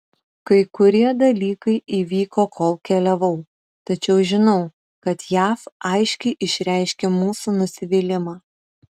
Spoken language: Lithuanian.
kai kurie dalykai įvyko kol keliavau tačiau žinau kad jav aiškiai išreiškė mūsų nusivylimą